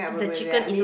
the chicken is so